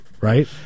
Right